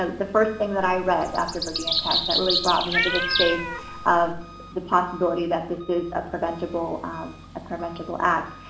ah the first thing that i read after virginia tech, that really brought me into this space of the possibility that this is a preventable ah preventable act.